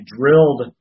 drilled